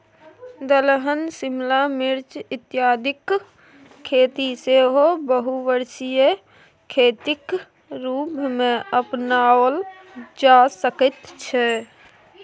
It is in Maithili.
दलहन शिमला मिर्च इत्यादिक खेती सेहो बहुवर्षीय खेतीक रूपमे अपनाओल जा सकैत छै